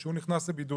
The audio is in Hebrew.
שהוא נכנס לבידוד.